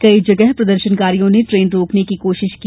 कई जगह प्रदर्शनकारियों ने ट्रेन रोकने की कोशिश की